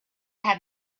had